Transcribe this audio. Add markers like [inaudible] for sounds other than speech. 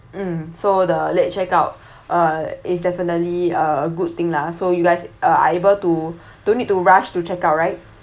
mm so the late checkout [breath] uh is definitely a good thing lah so you guys uh are able to don't need to rush to checkout right